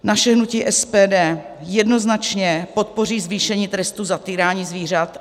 Naše hnutí SPD jednoznačně podpoří zvýšení trestu za týrání zvířat.